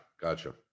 gotcha